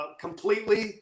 completely